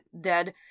dead